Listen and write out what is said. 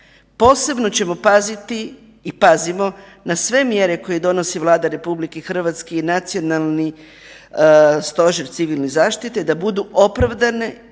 posebno ćemo paziti i pazimo na sve mjere koje donosi Vlada RH i Nacionalni stožer civilne zaštite da budu opravdane i utemeljene